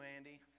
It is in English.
Andy